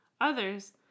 Others